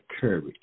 courage